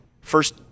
First